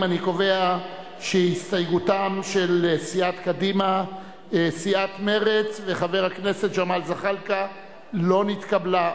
קדימה וקבוצת סיעת מרצ ושל חבר הכנסת ג'מאל זחאלקה לסעיף 1 לא נתקבלה.